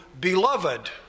beloved